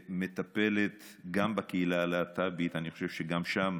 שמטפלת גם בקהילה הלה"טבית, אני חושב שגם שם